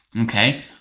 okay